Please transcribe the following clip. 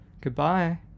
goodbye